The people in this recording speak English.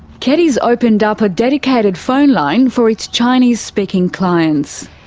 keddies opened up a dedicated phone line for its chinese-speaking clients.